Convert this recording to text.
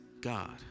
God